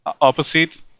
opposite